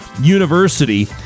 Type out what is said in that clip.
university